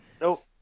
Nope